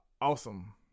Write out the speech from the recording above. awesome